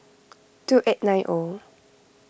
two eight nine O